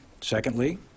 Secondly